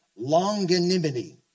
longanimity